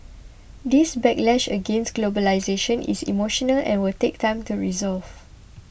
this backlash against globalisation is emotional and will take time to resolve